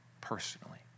personally